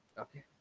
okay